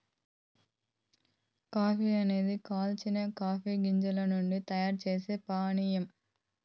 coffee అనేది కాల్చిన coffee గింజల నుండి తయారు చేసే పానీయం